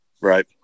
Right